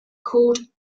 called